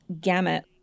gamut